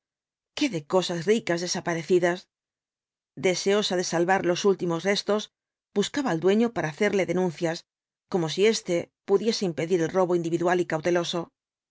qué de cosas ricas desaparecidas deseosa de salvar los últimos restos buscaba al dueño para hacerle denuncias como si éste pudiese impedir el robo individual y cauteloso